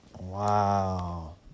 Wow